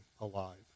alive